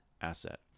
asset